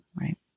right